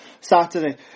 Saturday